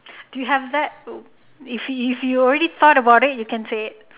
do you have that if you if you ready thought about it you can say it